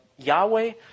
Yahweh